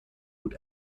und